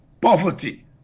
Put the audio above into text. poverty